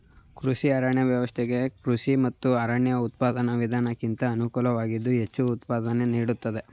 ಕೃಷಿ ಅರಣ್ಯ ವ್ಯವಸ್ಥೆ ಕೃಷಿ ಮತ್ತು ಅರಣ್ಯ ಉತ್ಪಾದನಾ ವಿಧಾನಕ್ಕಿಂತ ಅನುಕೂಲವಾಗಿದ್ದು ಹೆಚ್ಚು ಉತ್ಪಾದನೆ ನೀಡ್ತದೆ